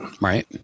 right